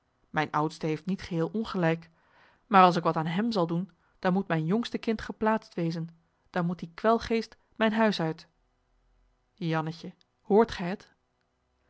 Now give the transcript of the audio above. mijn oudste heeft niet geheel ongelijk maar als ik wat aan hem zal doen dan moet mijn jongste kind geplaatst wezen dan moet die kwelgeest mijn huis uit jannetje hoort gij het